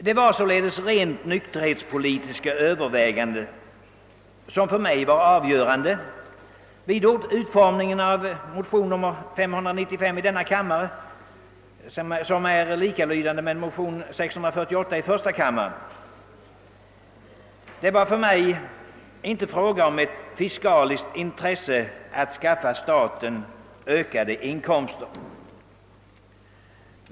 Det var således rent nykterhetspolitiska överväganden som för mig var avgörande vid utformningen av motion II: 595, som är likalydande med motion I: 648. Det var för mig inte fråga om ett fiskaliskt intresse att skaffa stater ökade inkomster.